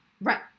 Right